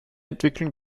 entwicklung